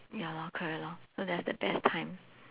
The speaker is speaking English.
ya lor correct lor so that's the best time